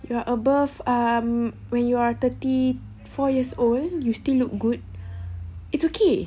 you're above um when you are thirty four years old you still look good it's okay